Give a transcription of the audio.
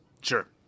Sure